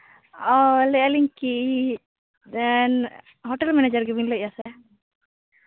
ᱚ ᱞᱟᱹᱭᱮᱫᱼᱟ ᱞᱤᱧ ᱠᱤ ᱦᱳᱴᱮᱞ ᱢᱮᱱᱮᱡᱟᱨ ᱜᱮᱵᱤᱱ ᱞᱟᱹᱭᱮᱫᱼᱟ ᱥᱮ